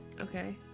okay